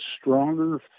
stronger